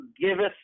giveth